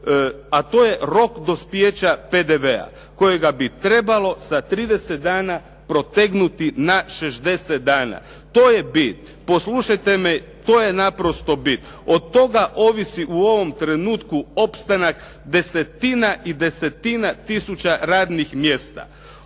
a to je rok dospijeća PDV-a kojega bi trebalo sa 30 dana protegnuti na 60 dana. To je bit. Poslušajte me, to je naprosto bit. Od toga ovisi u ovom trenutku opstanak desetina i desetina tisuća radnih mjesta.